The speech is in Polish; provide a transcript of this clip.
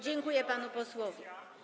Dziękuję panu posłowi.